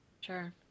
Sure